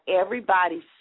everybody's